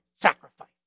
sacrifice